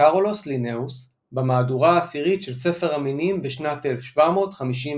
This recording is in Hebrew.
קארולוס לינאוס במהדורה העשירית של ספר המינים בשנת 1758.